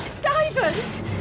Divers